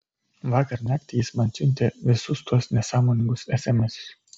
vakar naktį jis man siuntė visus tuos nesąmoningus esemesus